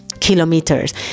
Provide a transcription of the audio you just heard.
Kilometers